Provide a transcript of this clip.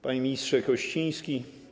Panie Ministrze Kościński!